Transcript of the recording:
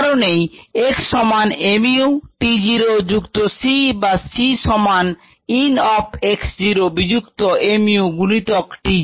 কারনেই x সমান mu t zero যুক্ত c বা c সমান ln of x zero বিযুক্ত mu গুণিতক t zero এটিই আমাদের c